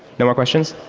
no more questions?